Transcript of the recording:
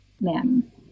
men